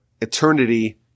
eternity